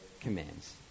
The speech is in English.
commands